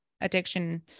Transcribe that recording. addiction